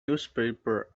newspaper